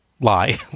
lie